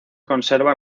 conserva